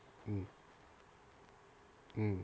mm mm